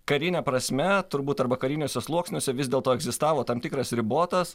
karine prasme turbūt arba kariniuose sluoksniuose vis dėlto egzistavo tam tikras ribotas